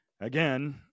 Again